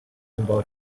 about